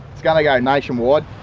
it's going to go nationwide,